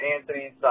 Anthony